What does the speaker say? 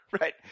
Right